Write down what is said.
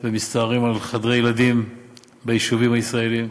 ומסתערים על חדרי ילדים ביישובים הישראליים,